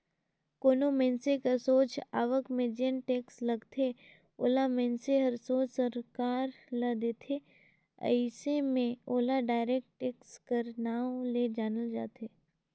कोनो मइनसे कर सोझ आवक में जेन टेक्स लगथे ओला मइनसे हर सोझ सरकार ल देथे अइसे में ओला डायरेक्ट टेक्स कर नांव ले जानल जाथे